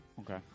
okay